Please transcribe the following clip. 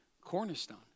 cornerstone